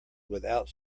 without